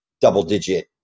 double-digit